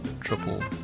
triple